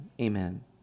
amen